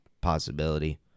possibility